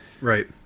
Right